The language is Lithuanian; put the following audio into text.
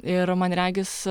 ir man regis